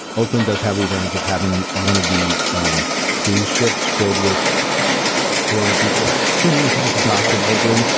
oakland does have the advantage of having one of the cruise ships filled with corona people just docked in oakland,